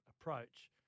approach